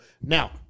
Now